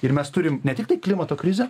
ir mes turim ne tiktai klimato krizę